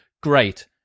great